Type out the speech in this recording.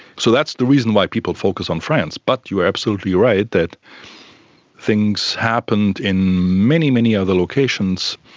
so that's the reason why people focus on france. but you're absolutely right, that things happened in many, many other locations.